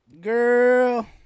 Girl